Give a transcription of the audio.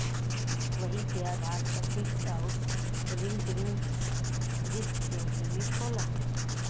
वही के आधार पर फिक्स आउर रीकरिंग डिप्सिट के लिमिट होला